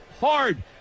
hard